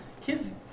Kids